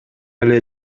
эле